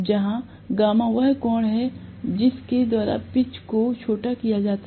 जहां γ वह कोण है जिसके द्वारा पिच को छोटा किया जाता है